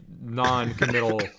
non-committal